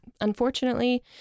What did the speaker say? unfortunately